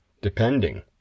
depending